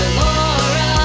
laura